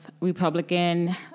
Republican